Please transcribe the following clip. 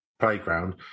Playground